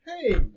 Hey